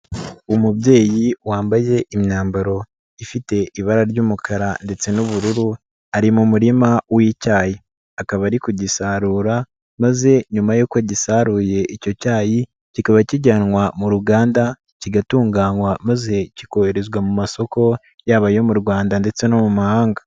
Umubyeyi wambaye imyambaro ifite ibara ry'umukara ndetse n'ubururu ari mu murima w'icyayi, akaba ari kugisarura maze nyuma yuko agisaruye icyo cyayi kikaba kijyanwa mu ruganda kigatunganywa maze kikoherezwa mu masoko yaba ayo mu Rwanda ndetse no mu mahanga.